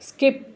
skip